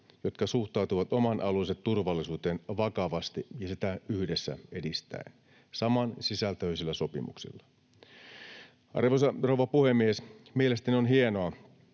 joka suhtautuu oman alueensa turvallisuuteen vakavasti ja sitä yhdessä edistäen samansisältöisillä sopimuksilla. Arvoisa rouva puhemies! Mielestäni on hienoa,